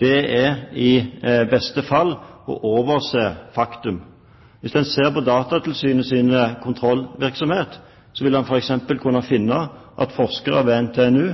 Det er i beste fall å overse faktum. Hvis en ser på Datatilsynets kontrollvirksomhet, vil en f.eks. kunne finne at forskere ved NTNU